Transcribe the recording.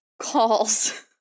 calls